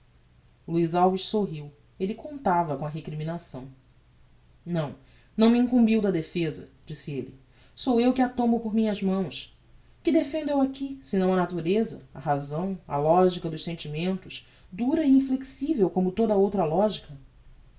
luiz alves sorriu elle contava com a recriminação não não me incumbiu da defesa disse elle sou eu que a tomo por minhas mãos que defendo eu aqui se não a natureza a razão a logica dos sentimentos dura e inflexivel como toda a outra logica